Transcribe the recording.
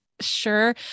sure